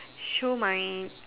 show my